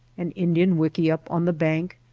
an indian wickiup on the bank,